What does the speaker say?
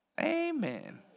amen